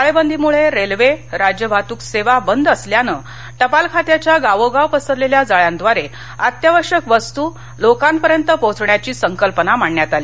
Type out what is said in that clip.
टाळेबदी मुळे रेल्वे राज्य वाहतूक सेवा बंद असल्यानं टपाल खात्याच्या गावोगाव पसरलेल्या जाळ्याद्वारे अत्यावश्यक वस्तू लोकांपर्यंत पोहोचवण्याची संकल्पना मांडण्यात आली